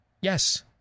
Yes